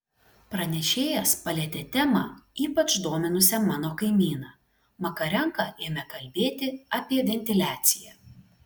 pranešėjas palietė temą ypač dominusią mano kaimyną makarenka ėmė kalbėti apie ventiliaciją